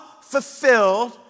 fulfilled